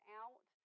out